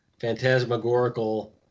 phantasmagorical